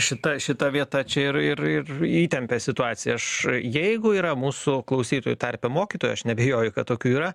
šita šita vieta čia ir ir ir įtempė situaciją aš jeigu yra mūsų klausytojų tarpe mokytojų aš neabejoju kad tokių yra